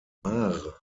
maar